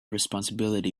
responsibility